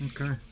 Okay